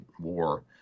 war